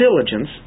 diligence